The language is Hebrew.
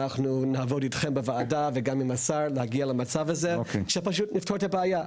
נעבוד אתכם בוועדה וגם עם השר להגיע למצב הזה ולפתור את הבעיה.